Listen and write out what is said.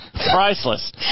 Priceless